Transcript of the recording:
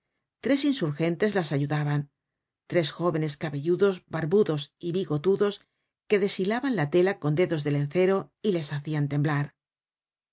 tres insurgentes las ayudaban tres jóvenes cabelludos barbudos y bigotudos que deshilaban la tela con dedos de lencero y les hacian temblar